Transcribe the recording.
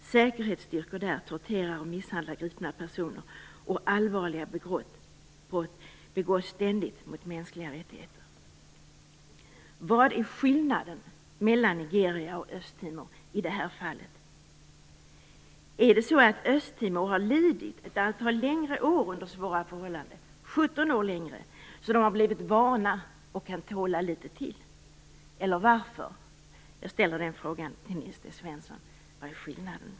Säkerhetsstyrkor där torterar och misshandlar gripna personer, och allvarliga brott begås ständigt mot mänskliga rättigheter. Vad är skillnaden mellan Nigeria och Östtimor i det här fallet? Är det så att Östtimor lidit ett antal år mera under svåra förhållanden - 17 år längre - så att man där har blivit van och kan tåla litet till, eller vad? Jag frågar Nils T Svensson: Vad är skillnaden?